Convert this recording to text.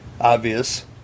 obvious